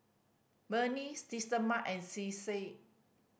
Burnie Systema and Cesar